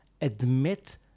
admit